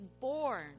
born